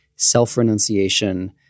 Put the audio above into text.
self-renunciation